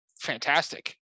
fantastic